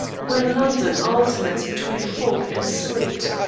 when london alternates between fog and sleet,